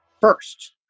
first